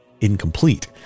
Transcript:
incomplete